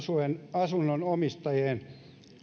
asunnonomistajien